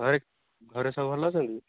ଘରେ ଘରେ ସବୁ ଭଲ ଅଛନ୍ତି